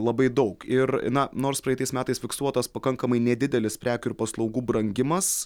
labai daug ir na nors praeitais metais fiksuotas pakankamai nedidelis prekių ir paslaugų brangimas